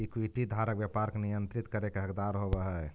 equity धारक व्यापार के नियंत्रित करे के हकदार होवऽ हइ